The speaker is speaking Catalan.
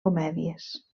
comèdies